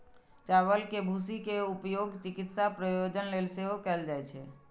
चावल के भूसी के उपयोग चिकित्सा प्रयोजन लेल सेहो कैल जाइ छै